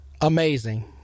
amazing